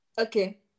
okay